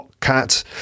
Cat